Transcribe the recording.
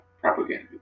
propaganda